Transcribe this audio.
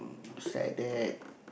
it's like that